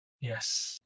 Yes